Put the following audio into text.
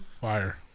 Fire